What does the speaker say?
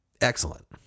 excellent